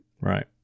Right